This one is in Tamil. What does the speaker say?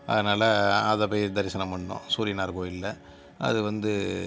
அதனால் அதைப் போய் தரிசனம் பண்னோம் சூரியனார் கோவில்ல அது வந்து